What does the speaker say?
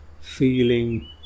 feeling